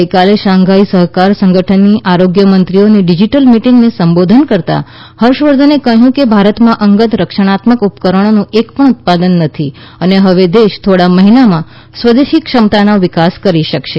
ગઇકાલે શાંઘાઈ સહકાર સંગઠનની આરોગ્યમંત્રીઓની ડિજિટલ મીટિંગને સંબોધન કરતાં હર્ષ વર્ધને કહ્યું કે ભારતમાં અંગત રક્ષણાત્મક ઉપકરણોનું એક પણ ઉત્પાદક નથી અને હવે દેશ થોડા મહિનામાં સ્વદેશી ક્ષમતાનો વિકાસ કરી શકશે